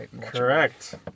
Correct